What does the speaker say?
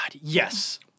Yes